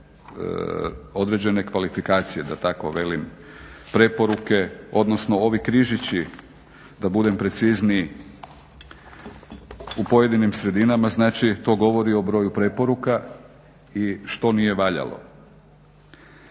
određene kvalifikacije da tako velim, preporuke, odnosno ovi križići da budem precizniji u pojedinim sredinama znači jer to govori o broju preporuka i što nije valjalo.